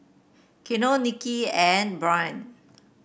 Quiana Nikki and Byron